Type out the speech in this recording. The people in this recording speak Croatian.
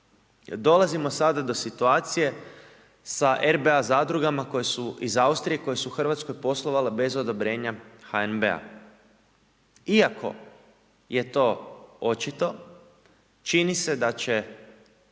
Dolazi sada do situacije sa RBA zadrugama koje su iz Austrije, koje su u Hrvatskoj poslovale bez odobrenja HNB-a, iako je to očito, čini se da će